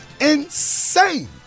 insane